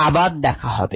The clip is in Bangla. আবার দেখা হবে